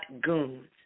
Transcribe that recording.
Goons